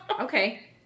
okay